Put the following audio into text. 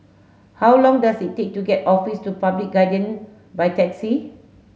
how long does it take to get Office to Public Guardian by taxi